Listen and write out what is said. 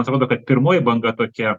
atrodo kad pirmoji banga tokia